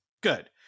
good